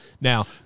now